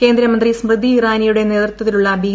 കേന്ദ്ര മന്ത്രി സ്മൃതി ഇറാനിയുടെ നേതൃത്വത്തിലുള്ള ബി